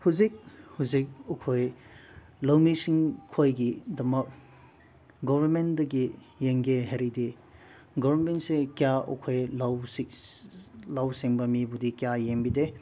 ꯍꯧꯖꯤꯛ ꯍꯧꯖꯤꯛ ꯑꯩꯈꯣꯏ ꯂꯧꯃꯤꯁꯣꯡꯈꯣꯏꯒꯤꯗꯃꯛ ꯒꯣꯕꯔꯃꯦꯟꯗꯒꯤ ꯌꯦꯡꯒꯦ ꯍꯥꯏꯔꯗꯤ ꯒꯣꯕꯔꯃꯦꯟꯁꯦ ꯀꯌꯥ ꯑꯩꯈꯣꯏ ꯂꯧꯕꯁꯦ ꯂꯧ ꯁꯦꯝꯕ ꯃꯤꯕꯨꯗꯤ ꯀꯌꯥ ꯌꯦꯡꯕꯤꯗꯦ